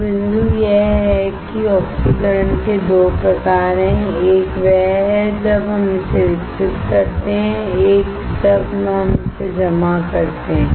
तो बिंदु यह है कि ऑक्सीकरण के 2 प्रकार हैं एक वह है जब हम इसे विकसित करते हैं एक जब हम इसे जमा करते हैं